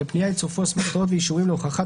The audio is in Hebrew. לפנייה יצורפו אסמכתאות ואישורים להוכחת